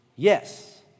Yes